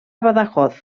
badajoz